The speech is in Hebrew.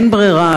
אין ברירה,